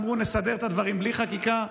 אמרו: נסדר את הדברים בלי חקיקה,